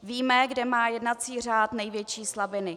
Víme, kde má jednací řád největší slabiny.